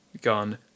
gone